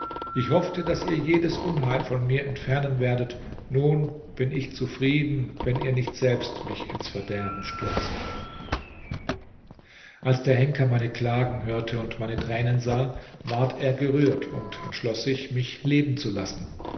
ich hoffte daß ihr jedes unheil von mir entfernen werdet nun bin ich zufrieden wenn ihr nicht selbst mich ins verderben stürzt als der henker meine klagen hörte und meine tränen sah ward er gerührt und entschloß sich mich leben zu lassen